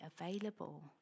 available